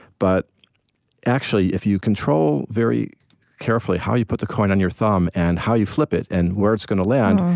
but actually, if you control very carefully how you put the coin on your thumb, and how you flip it, and where it's going to land,